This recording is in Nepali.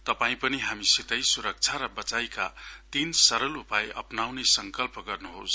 तपाई पनि हामीसितै सुरक्षा र वचाइका तीन सरल उपाय अप्नाउने संकल्प गर्नुहोस